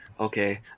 Okay